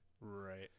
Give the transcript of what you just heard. Right